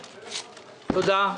תודה.